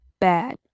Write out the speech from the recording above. bad